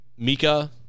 Mika